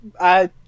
I-